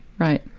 right.